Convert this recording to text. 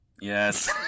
Yes